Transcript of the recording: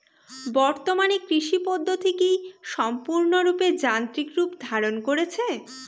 বর্তমানে কৃষি পদ্ধতি কি সম্পূর্ণরূপে যান্ত্রিক রূপ ধারণ করেছে?